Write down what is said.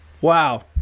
Wow